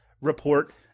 Report